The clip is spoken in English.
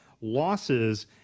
losses